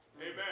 Amen